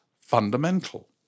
fundamental